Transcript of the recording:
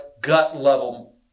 gut-level